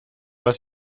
was